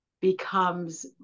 becomes